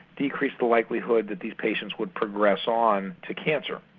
decrease the likelihood that these patients would progress on to cancer.